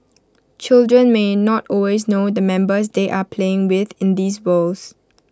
children may not always know the members they are playing with in these worlds